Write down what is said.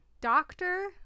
doctor